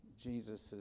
Jesus